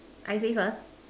I say first